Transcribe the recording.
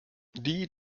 die